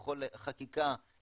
בכל חקיקה,